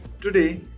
today